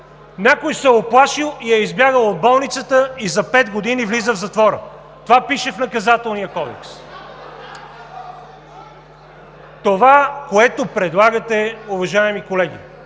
Някой се е уплашил и е избягал от болницата и за пет години влиза в затвора! Това пише в Наказателния кодекс. (Шум и реплики.) Това, което предлагате, уважаеми колеги,